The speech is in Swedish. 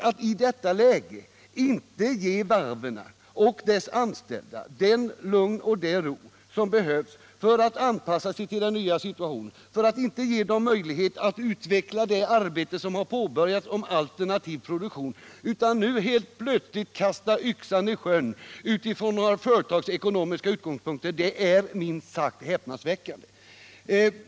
Att i detta läge inte ge varven och deras anställda det lugn och den ro som behövs för att de skall kunna anpassa sig till den nya situationen, för att de skall få möjlighet att utveckla det arbete med alternativ produktion som har påbörjats, utan helt plötsligt kasta yxan i sjön utifrån några företagsekonomiska utgångspunkter, det är minst sagt häpnadsväckande.